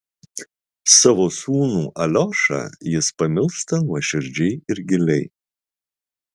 savo sūnų aliošą jis pamilsta nuoširdžiai ir giliai